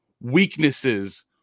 weaknesses